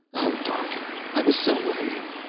oh, darling, i was so worried.